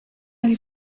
lui